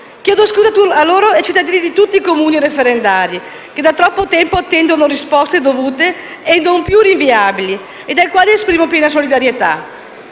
Chiedo scusa a loro e ai cittadini di tutti i Comuni referendari che da troppo tempo attendono risposte dovute e non più rinviabili ed ai quali esprimo piena solidarietà.